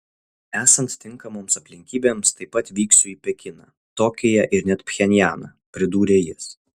esant tinkamoms aplinkybėms taip pat vyksiu į pekiną tokiją ir net pchenjaną pridūrė jis